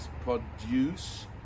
produce